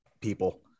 people